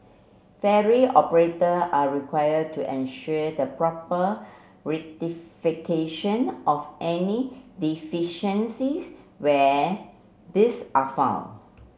ferry operator are required to ensure the proper rectification of any deficiencies when these are found